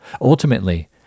Ultimately